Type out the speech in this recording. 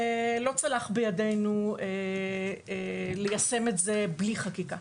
ולא צלח בידינו ליישם את זה בלי חקיקה.